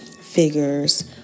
figure's